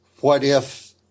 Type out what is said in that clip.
what-if